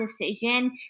decision